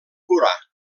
curar